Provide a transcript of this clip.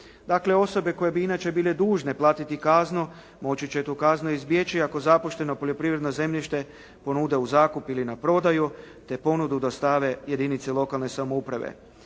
Dakle, osobe koje bi inače bile dužne platiti kaznu, moći će tu kaznu izbjeći ako zapušteno poljoprivredno zemljište ponude u zakup ili na prodaju, te ponudu dostave jedinici lokalne samouprave.